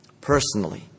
personally